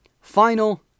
final